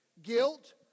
Guilt